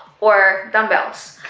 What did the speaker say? or dumbbells,